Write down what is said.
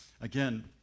Again